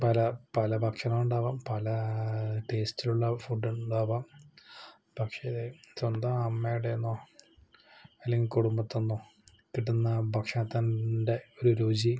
പല പല ഭക്ഷണവും ഉണ്ടാകാം പല ടേസ്റ്റിലുള്ള ഫുഡ് ഉണ്ടാകാം പക്ഷെ സ്വന്തം അമ്മേടേന്നോ അല്ലെങ്കിൽ കുടുംബത്തിൽ നിന്നോ കിട്ടുന്ന ഭക്ഷണത്തിൻ്റെ ഒരു രുചി